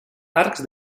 arcs